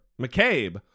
McCabe